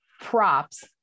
props